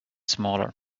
smaller